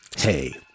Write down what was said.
Hey